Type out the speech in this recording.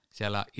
Siellä